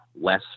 less